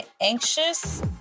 anxious